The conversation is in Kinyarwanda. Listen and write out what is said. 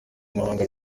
n’amahanga